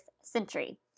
century